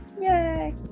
Yay